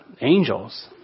angels